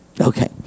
Okay